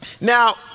Now